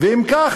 ואם כך,